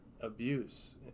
abuse